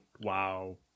WoW